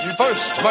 first